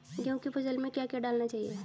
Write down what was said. गेहूँ की फसल में क्या क्या डालना चाहिए?